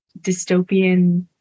dystopian